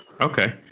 okay